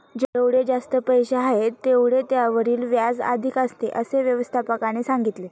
जेवढे जास्त पैसे आहेत, तेवढे त्यावरील व्याज अधिक असते, असे व्यवस्थापकाने सांगितले